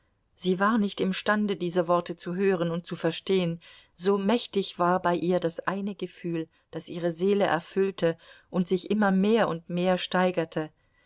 sie war nicht imstande diese worte zu hören und zu verstehen so mächtig war bei ihr das eine gefühl das ihre seele erfüllte und sich immer mehr und mehr steigerte